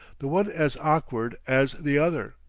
the one as awkward as the other,